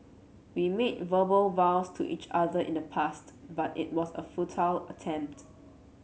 we made verbal vows to each other in the past but it was a futile attempt